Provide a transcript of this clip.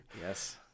yes